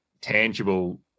tangible